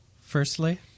firstly